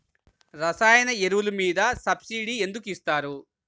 రసాయన ఎరువులు మీద సబ్సిడీ ఎందుకు ఇస్తారు?